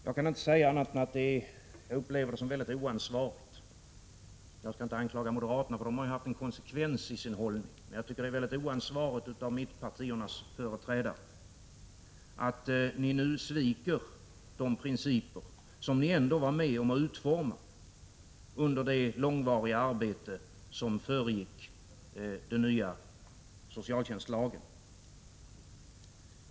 Jag skall inte anklaga moderaterna, för de har haft en konsekvens i sin hållning, men jag tycker att det är väldigt oansvarigt av mittenpartiernas företrädare att ni nu sviker de principer som ni ändå var med om att utforma under det långvariga arbete som föregick den nya socialtjänstlagen.